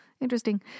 Interesting